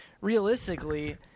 realistically